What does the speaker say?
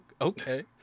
Okay